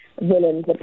villains